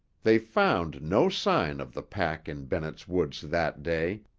they found no sign of the pack in bennett's woods that day,